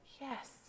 Yes